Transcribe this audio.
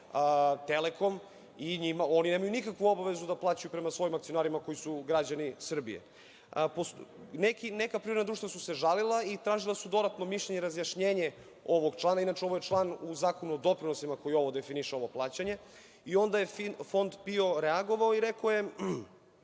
Telekom i oni nemaju nikakvu obavezu da plaćaju prema svojim akcionarima koji su građani Srbije. Neka privredna društva su se žalila i tražila su dodatno mišljenje, razjašnjenje ovog člana. Inače, ovo je član u Zakonu o doprinosima koji ovo definiše, ovo plaćanje. Onda je fond PIO reagovao i rekao je